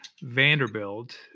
Vanderbilt